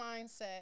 mindset